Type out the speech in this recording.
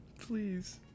please